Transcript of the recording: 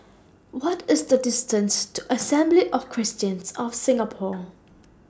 What IS The distance to Assembly of Christians of Singapore